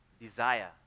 desire